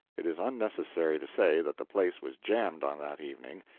it is unnecessary to say that the place was jammed on that evening.